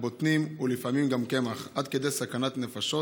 עד כדי סכנת נפשות,